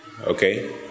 okay